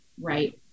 right